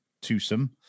twosome